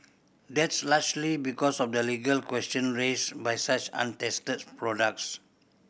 that's largely because of the legal question raised by such untested products